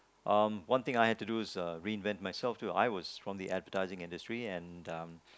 um one thing I have to do is reinvent myself through I was from the advertising industry and I